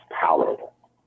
palatable